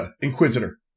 Inquisitor